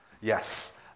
Yes